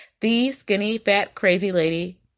theskinnyfatcrazylady